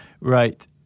Right